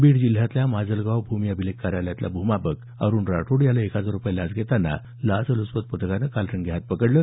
बीड जिल्ह्यातल्या माजलगाव भूमी अभिलेख कार्यालयातला भूमापक अरूण राठोड याला एक हजार रुपये लाच घेतांना लाचल्चपत पथकानं काल रंगेहाथ पकडलं